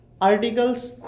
articles